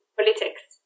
politics